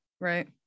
Right